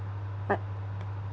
but